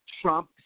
Trump